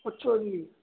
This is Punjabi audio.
ਅੱਛਾ ਜੀ